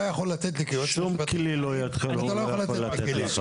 אתה יכול לתת לי --- שום כלי לא יכול לתת לך.